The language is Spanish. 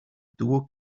tuvo